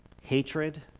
hatred